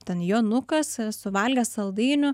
ten jonukas suvalgęs saldainių